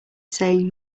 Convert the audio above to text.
saying